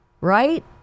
right